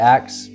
Acts